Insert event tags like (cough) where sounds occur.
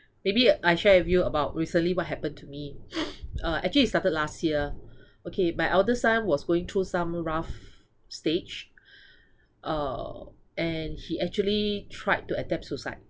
maybe I share with you about recently what happened to me (breath) uh actually it started last year okay my elder son was going through some rough stage uh and he actually tried to attempt suicide